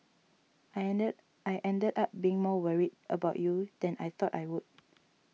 I ended I ended up being more worried about you than I thought I would